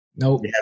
Nope